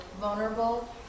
vulnerable